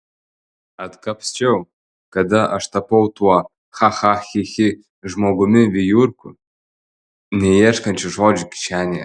atkapsčiau kada aš tapau tuo cha cha chi chi žmogumi vijurku neieškančiu žodžio kišenėje